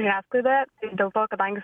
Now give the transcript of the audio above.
žiniasklaida dėl to kadangi